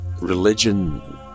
religion